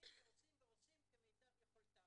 ועושים ועושים כמיטב יכולתם.